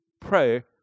pray